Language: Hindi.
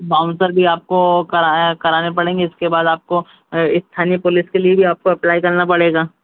बाउंसर भी आपको कराने पड़ेंगे इसके बाद आपको स्थानीय पुलिस के लिए भी आपको एप्लाई कलना पड़ेगा